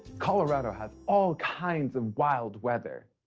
colorado has all kinds of wild weather.